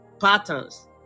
patterns